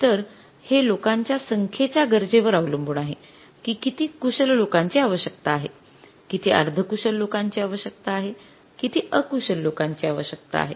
तर हे लोकांच्या संख्येच्या गरजेवर अवलंबून आहे की किती कुशल लोकांची आवश्यकता आहे किती अर्धकुशल लोकांची आवश्यकता आहे किती अकुशल लोकांची आवश्यकता आहे